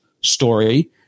story